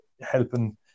helping